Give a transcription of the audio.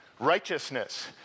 righteousness